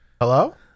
Hello